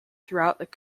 throughout